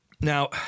Now